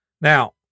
Now